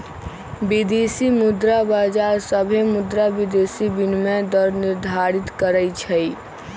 विदेशी मुद्रा बाजार सभे मुद्रा विदेशी विनिमय दर निर्धारित करई छई